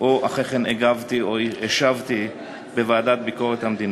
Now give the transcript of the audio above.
או אחרי כן הגבתי או השבתי בוועדת ביקורת המדינה.